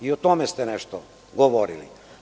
O tome ste nešto govorili.